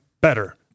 better